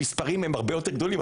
המספרים הם הרבה יותר גדולים.